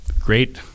great